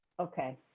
okay.